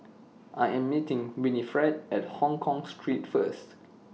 I Am meeting Winifred At Hongkong Street First